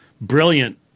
brilliant